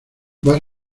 vas